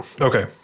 Okay